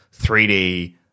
3D